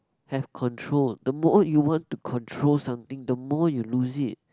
have control the more you want to control something the more you lose it